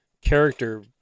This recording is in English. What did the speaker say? character